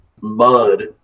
mud